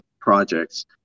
projects